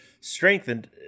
strengthened